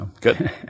Good